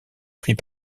pris